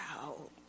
out